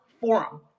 Forum